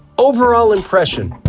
overall impression,